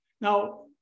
Now